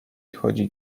chodzi